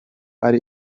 ari